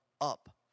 up